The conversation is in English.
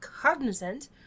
cognizant